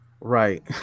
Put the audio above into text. Right